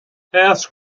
pass